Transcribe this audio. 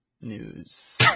news